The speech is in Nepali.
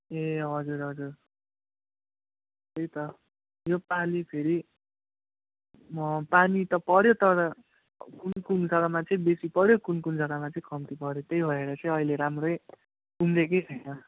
ए हजुर हजुर त्यही त योपालि फेरि म पानी त पऱ्यो तर कुन कुन जग्गामा चाहिँ बेसी पऱ्यो कुन कुन जग्गामा चाहिँ कम्ती पऱ्यो त्यही भएर चाहिँ अहिले राम्रै उम्रिएकै छैन